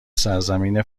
سرزمین